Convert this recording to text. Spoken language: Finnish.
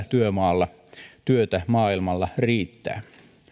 työmaalla työtä maailmalla riittää